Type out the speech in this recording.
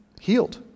healed